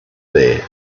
there